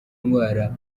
ndwara